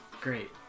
Great